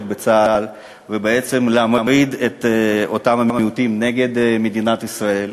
בצה"ל ובעצם להמריד את אותם המיעוטים נגד מדינת ישראל.